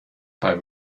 bei